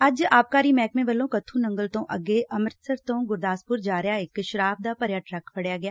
ਅੱਜ ਆਬਕਾਰੀ ਮਹਿਕਮੇ ਵੱਲੋਂ ਕੱਥੂ ਨੰਗਲ ਤੋਂ ਅੱਗੇ ਅੰਮ੍ਤਿਸਰ ਤੋਂ ਗੁਰਦਾਸਪੁਰ ਜਾ ਰਿਹਾ ਇਕ ਸ਼ਰਾਬ ਦਾ ਭਰਿਆ ਟਰੱਕ ਫੜਿਆ ਗਿਆ